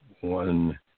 One